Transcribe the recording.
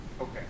Okay